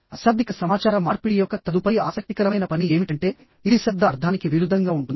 అశాబ్దిక సమాచార మార్పిడి యొక్క తదుపరి ఆసక్తికరమైన పని ఏమిటంటే ఇది శబ్ద అర్థానికి విరుద్ధంగా ఉంటుంది